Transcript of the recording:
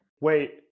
wait